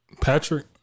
Patrick